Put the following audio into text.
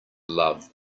love